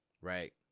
right